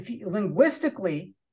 linguistically